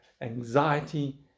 anxiety